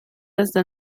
desde